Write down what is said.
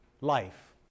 life